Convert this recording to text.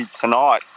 tonight